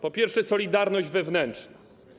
Po pierwsze, solidarność wewnętrzna.